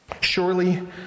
Surely